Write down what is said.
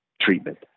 treatment